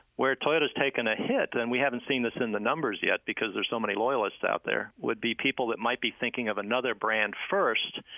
where toyota has taken a hit, and we haven't seen this in the numbers yet because they're so many loyalists out there, would be people that might be thinking of another brand first.